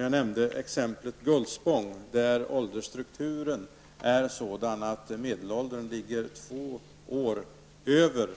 Jag nämnde exemplet Gullspång, där åldersstrukturen är sådan att medelåldern ligger två år över